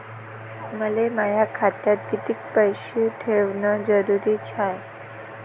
मले माया खात्यात कितीक पैसे ठेवण जरुरीच हाय?